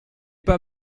pas